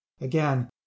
Again